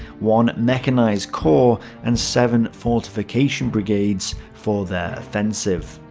one mechanized corps, and seven fortifications brigades for their offensive.